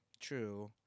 True